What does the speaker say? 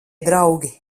draugi